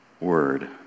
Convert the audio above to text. word